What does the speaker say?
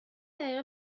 دقیقه